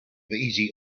easy